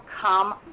come